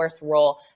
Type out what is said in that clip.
role